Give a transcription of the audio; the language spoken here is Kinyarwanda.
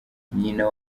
nyina